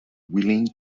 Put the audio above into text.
willing